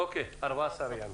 אוקיי, 14 ימים.